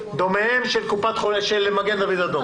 דומיהם של מגן דוד אדום.